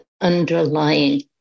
underlying